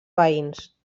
veïns